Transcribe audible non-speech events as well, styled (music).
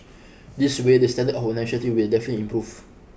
(noise) this way the standard of whole nation team will definitely improve